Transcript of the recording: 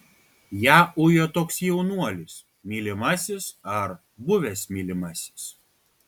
ją ujo toks jaunuolis mylimasis ar buvęs mylimasis